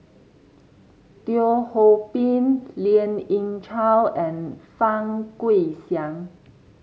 Teo Ho Pin Lien Ying Chow and Fang Guixiang